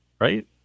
right